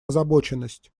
озабоченность